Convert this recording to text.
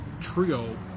trio